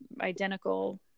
identical